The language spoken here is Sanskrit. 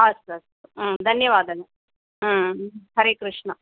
अस्तु अस्तु दन्यवादः हरे कृष्ण